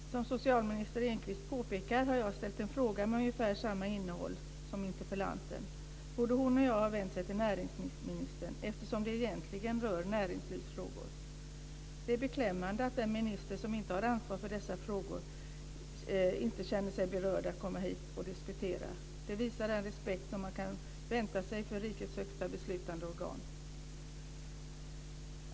Fru talman! Som socialminister Engqvist påpekar har jag ställt en fråga med ungefär samma innehåll som interpellantens. Både hon och jag har vänt oss till näringsministern eftersom detta egentligen rör näringslivsfrågor. Det är beklämmande att den minister som ansvar för dessa frågor inte känner sig berörd att komma hit och diskutera. Det visar den respekt som man kan vänta sig för rikets högsta beslutande organ.